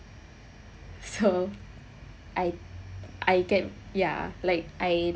so I I get ya like I